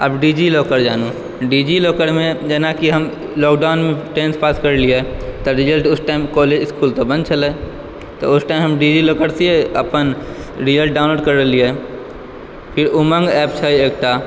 आब DigiLocker जानू डीजी लॉकरमे जेनाकि हम लॉकडॉनमे टेन्थ पास करलिए तऽ रिजल्ट उस टाइम कॉलेज इसकुल तऽ बन्द छलै तऽ उस टाइम हम डीजी लॉकरसँ अपन रिजल्ट डाउनलोड करलिए फेर उमङ्ग एप छै एकटा